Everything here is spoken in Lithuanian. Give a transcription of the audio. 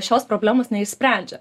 šios problemos neišsprendžia